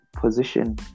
position